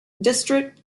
district